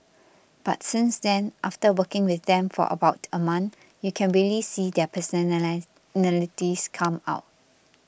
but since then after working with them for about a month you can really see their person come out